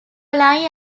lie